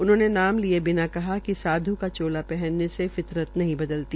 उन्होंने नाम लिये बिना कहा कि साधू का चोला पहनने से फितरत नहीं बदलती